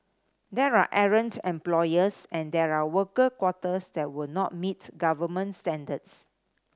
there are errant employers and there are worker quarters that would not meet government standards